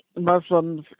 Muslims